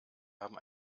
haben